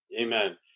Amen